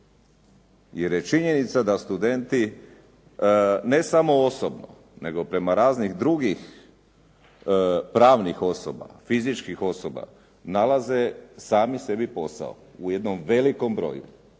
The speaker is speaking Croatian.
Jer je činjenica da studenti, ne samo osobno, nego prema raznih drugih pravnih osoba, fizičkih osoba nalaze sami sebi posao u jednom velikom broju.